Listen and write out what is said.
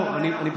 לא,